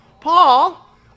Paul